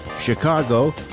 Chicago